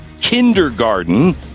kindergarten